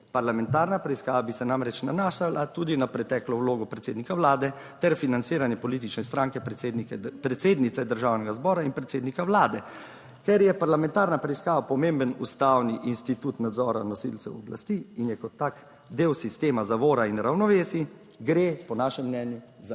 Parlamentarna preiskava bi se namreč nanašala tudi na preteklo vlogo predsednika Vlade ter financiranje politične stranke predsednika, predsednice Državnega zbora in predsednika Vlade. Ker je parlamentarna preiskava pomemben ustavni institut nadzora nosilcev oblasti in je kot tak del sistema zavora in ravnovesij, gre po našem mnenju za